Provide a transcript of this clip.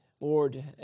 Lord